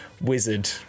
wizard